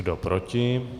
Kdo proti?